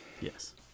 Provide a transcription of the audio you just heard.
Yes